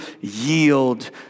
yield